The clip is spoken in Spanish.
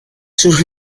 sus